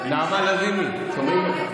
נעמה לזימי, שומעים אותך.